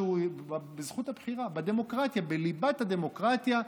בזכות הבחירה של העם, בדמוקרטיה, בליבת הדמוקרטיה.